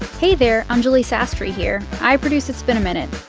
hey there. anjuli sastry here. i produce it's been a minute.